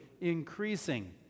increasing